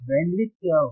bandwidth क्या होगा